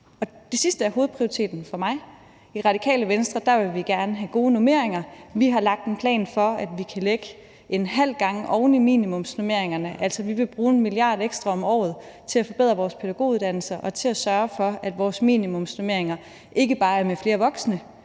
Det sidste er hovedprioriteten for mig. I Radikale Venstre vil vi gerne have gode normeringer. Vi har lagt en plan for, at vi kan lægge en halv gang oveni minimumsnormeringerne. Vi vil altså bruge 1 mia. kr. ekstra om året til at forbedre vores pædagoguddannelser og til at sørge for, at vores minimumsnormeringer ikke bare er med flere voksne,